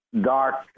dark